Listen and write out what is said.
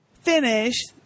finish